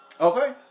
Okay